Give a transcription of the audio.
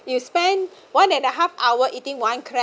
you spend one and a half hour eating one crab